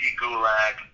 gulag